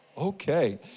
Okay